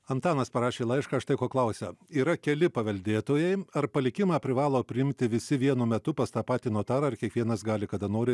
antanas parašė laišką štai ko klausia yra keli paveldėtojai ar palikimą privalo priimti visi vienu metu pas tą patį notarą ar kiekvienas gali kada nori